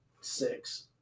six